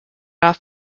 off